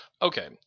Okay